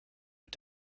mit